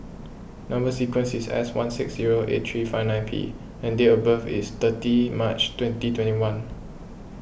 Number Sequence is S one six zero eight three five nine P and date of birth is thirty March twenty twenty one